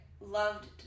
loved